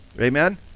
Amen